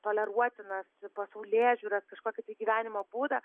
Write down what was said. toleruotinas pasaulėžiūras kažkokį tai gyvenimo būdą